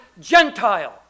Gentile